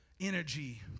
energy